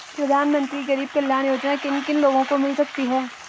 प्रधानमंत्री गरीब कल्याण योजना किन किन लोगों को मिल सकती है?